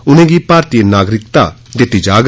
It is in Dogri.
उनेंगी भारती नागरिकता दित्ती जाग